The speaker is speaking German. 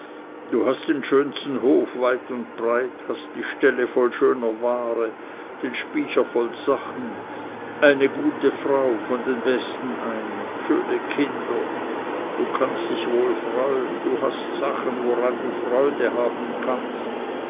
du hast den schönsten hof weit und breit hast die ställe voll schöner ware den spycher voll sachen eine gute frau von den besten eine schöne kinder du kannst dich wohl freuen du hast sachen woran du freude haben kannst